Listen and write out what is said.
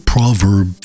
Proverb